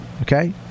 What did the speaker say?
Okay